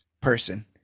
person